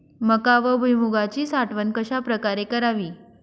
मका व भुईमूगाची साठवण कशाप्रकारे करावी?